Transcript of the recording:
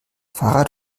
fahrrad